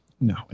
No